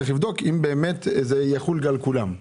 צריך לבדוק אם באמת זה יחול על כולם.